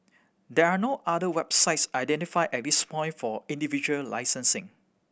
there are no other websites identified at this point for individual licensing